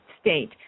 state